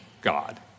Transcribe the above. God